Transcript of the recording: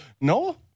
No